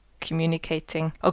communicating